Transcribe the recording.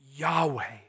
Yahweh